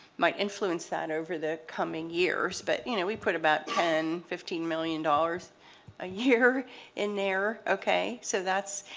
might influence that over the coming years. but you know we put about ten fifteen million dollars a year in there, okay, so that's,